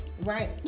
right